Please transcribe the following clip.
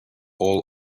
all